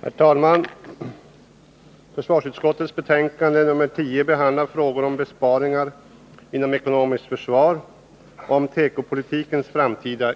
Herr talman! I försvarsutskottets betänkande 1980/81:10 behandlas frågor om besparingar inom ekonomiskt försvar och om tekopolitikens framtida